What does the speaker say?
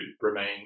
remain